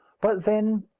but then,